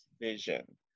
vision